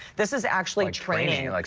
this is actually training, like